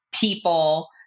people